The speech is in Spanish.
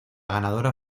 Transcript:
ganadora